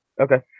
okay